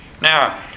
Now